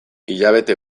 hilabete